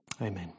Amen